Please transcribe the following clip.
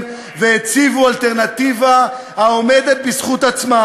והציבו אלטרנטיבה העומדת בזכות עצמה,